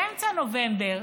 באמצע נובמבר